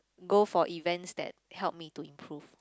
go for events that help me to improve